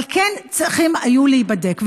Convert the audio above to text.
אבל כן צריכים היו להיבדק.